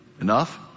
Enough